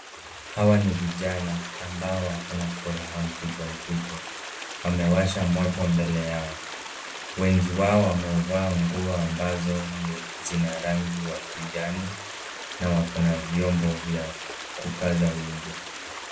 Hawa ni vijana ambao wako na furaha mpwito mpwito. Wamewasha moto mbele yao. Wengi wao wamevaa nguo ambazo ni zina rangi ya kijani na wako na vyombo vya kupaza wimbo.